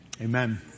amen